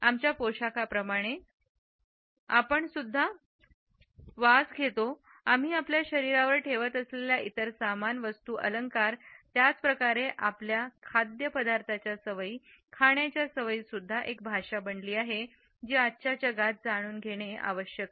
आमच्या पोशाख प्रमाणे आपणसुद्धा वास घेतोआम्ही आपल्या शरीरावर ठेवत असलेल्या इतर सामान वस्तूं अलंकार त्याच प्रकारेआपल्या खाद्यपदार्थाच्या सवयी आणि खाण्याच्या पद्धती सुद्धा एक भाषा बनली आहे जी आजच्या जगात जाणून घेणे आवश्यक आहे